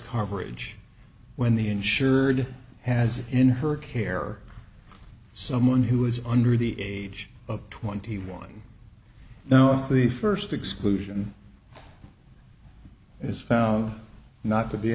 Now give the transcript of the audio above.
coverage when the insured has in her care someone who is under the age of twenty one now for the first exclusion is found not to be